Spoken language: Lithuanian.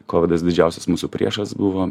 kovidas didžiausias mūsų priešas buvo